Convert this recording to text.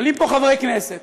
עולים פה חברי כנסת